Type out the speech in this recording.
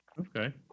Okay